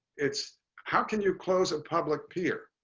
it's how can you close a public peer